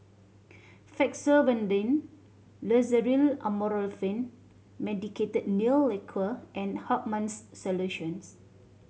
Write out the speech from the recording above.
Fexofenadine Loceryl Amorolfine Medicated Nail Lacquer and Hartman's Solutions